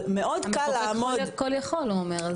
המחוקק הוא כל יכול הוא אומר.